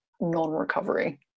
non-recovery